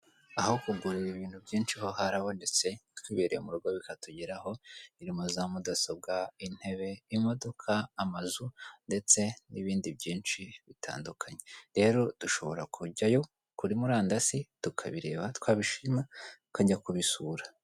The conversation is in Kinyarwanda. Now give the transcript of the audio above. Aho kugurarira ibintu byinshi ho harabonetse twibereye mu rugo bikatugeraho irimo za mudasobwa, intebe, imodoka, amazu ndetse n'ibindi byinshi bitandukanye rero dushobora kujyayo kuri murandasi tukabireba twabishima tukajya kubisura.